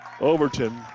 Overton